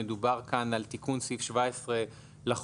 שמדובר כאן על תיקון סעיף 17 לחוק,